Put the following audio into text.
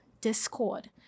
discord